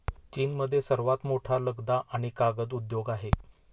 चीनमध्ये सर्वात मोठा लगदा आणि कागद उद्योग आहे